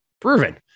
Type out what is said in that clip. proven